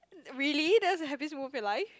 really that's the happiest moment of your life